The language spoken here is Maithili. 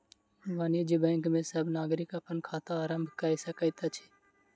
वाणिज्य बैंक में सब नागरिक अपन खाता आरम्भ कय सकैत अछि